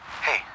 Hey